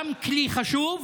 גם כלי חשוב